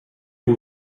who